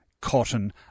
cotton